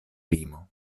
limo